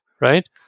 right